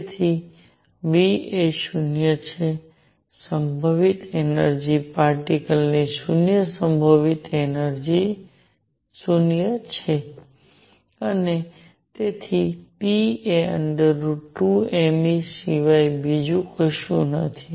તેથી v એ 0 છે સંભવિત એનર્જિ પાર્ટીકલ્સની શૂન્ય સંભવિત એનર્જિ છે 0 અને તેથી p એ 2mE સિવાય બીજું કશું નથી